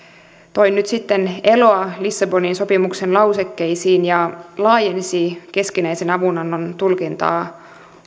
toi nyt sitten eloa lissabonin sopimuksen lausekkeisiin ja laajensi keskinäisen avunannon tulkintaa